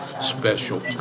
special